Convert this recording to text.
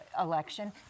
election